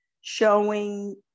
showing